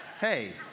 Hey